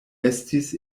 estis